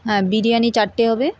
হ্যাঁ বিরিয়ানি চারটে হবে